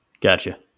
Gotcha